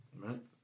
right